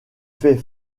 fait